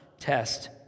test